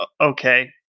Okay